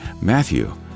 Matthew